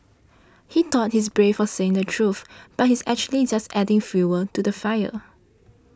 he thought he's brave for saying the truth but he's actually just adding fuel to the fire